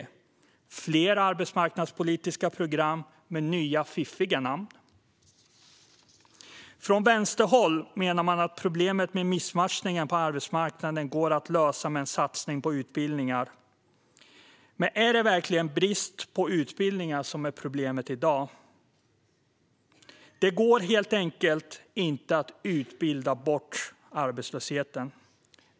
Får vi fler arbetsmarknadspolitiska program med nya fiffiga namn? Från vänsterhåll menar man att problemet med missmatchningen på arbetsmarknaden går att lösa med en satsning på utbildningar. Men är det verkligen brist på utbildningar som är problemet i dag? Det går helt enkelt inte att utbilda bort arbetslösheten.